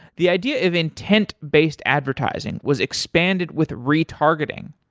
the idea of intent-based advertising was expanded with retargeting.